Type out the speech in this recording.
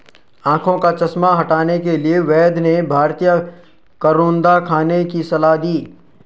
आंखों का चश्मा हटाने के लिए वैद्य ने भारतीय करौंदा खाने की सलाह दी